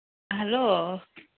hello